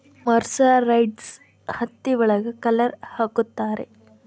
mercerised ಹತ್ತಿ ಒಳಗ colour ಹಾಕುತ್ತಾರೆ